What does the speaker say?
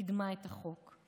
וקידמה את החוק,